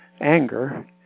anger